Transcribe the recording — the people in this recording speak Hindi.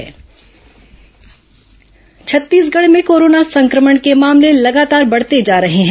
कोरोना मरीज छत्तीसगढ़ में कोरोना संक्रमण के मामले लगातार बढ़ते जा रहे हैं